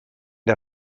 der